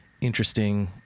interesting